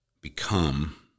become